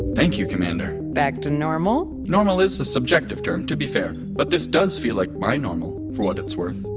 thank you, commander back to normal? normal is a subjective term to be fair. but this does feel like my normal, for what it's worth.